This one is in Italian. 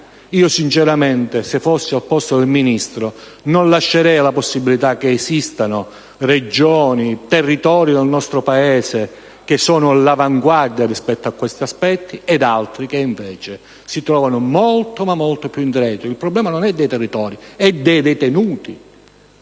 Sinceramente, se io fossi al posto del Ministro non lascerei la possibilità che esistano regioni e territori del nostro Paese che sono all'avanguardia rispetto a questi aspetti ed altri che, invece, si trovano molto più indietro. Il problema non è dei territori; è dei detenuti.